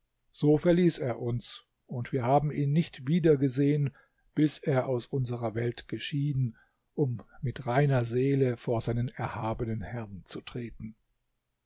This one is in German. so verließ er uns und wir haben ihn nicht wiedergesehen bis er aus unserer welt geschieden um mit reiner seele vor seinen erhabenen herrn zu treten